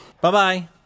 Bye-bye